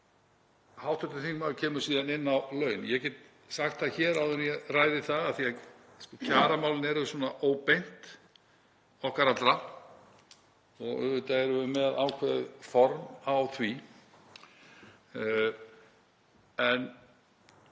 Hv. þingmaður kemur síðan inn á laun. Ég get sagt það hér áður en ég ræði það — af því að kjaramálin eru svona óbeint okkar allra og auðvitað erum við með ákveðið form á því,